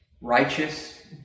Righteous